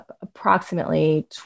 approximately